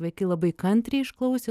vaikai labai kantriai išklausė